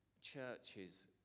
churches